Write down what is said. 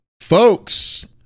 folks